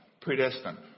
predestined